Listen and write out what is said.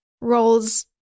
rolls